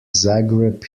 zagreb